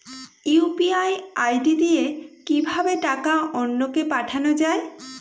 UPI ID দিয়ে কিভাবে টাকা অন্য কে পাঠানো যায়?